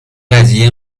قضیه